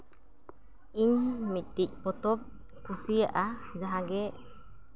ᱤᱧ ᱢᱤᱫᱴᱮᱱ ᱯᱚᱛᱚᱵ ᱤᱧ ᱠᱩᱥᱤᱭᱟᱜᱼᱟ ᱡᱟᱦᱟᱸ ᱜᱮ